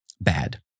bad